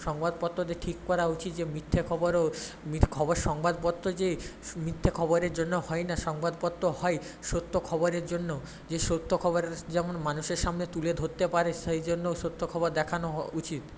সংবাদপত্রতে ঠিক করা উচিৎ যে মিথ্যে খবরও খবর সংবাদপত্র যে মিথ্যে খবরের জন্য হই না সংবাদপত্র হয় সত্য খবরের জন্য যে সত্য খবর যেমন মানুষের সামনে তুলে ধরতে পারে সেইজন্য সত্য খবর দেখানো উচিৎ